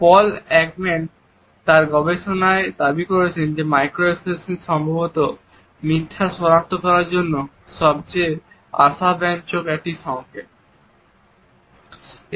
পল Ekman তার গবেষণায় দাবি করেছেন যে মাইক্রো এক্সপ্রেশন সম্ভবত মিথ্যা সনাক্ত করার জন্য সবচেয়ে আশাব্যঞ্জক একটি সংকেত